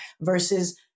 versus